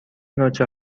نوچه